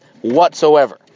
whatsoever